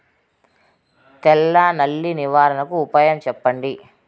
తెల్ల నల్లి నివారణకు ఉపాయం చెప్పండి?